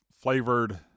flavored